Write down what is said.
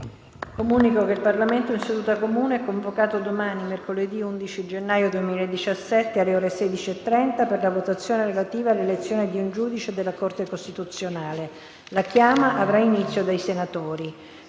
Comunico che il Parlamento in seduta comune è convocato domani, mercoledì 11 gennaio 2017, alle ore 16,30, per la votazione relativa all'elezione di un giudice della Corte costituzionale. La chiama avrà inizio dai senatori.